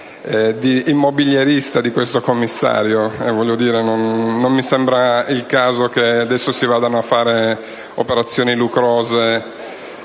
di immobiliarista di questo commissario. Non mi sembra il caso che si vadano a fare operazioni lucrose